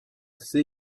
see